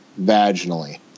vaginally